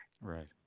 Right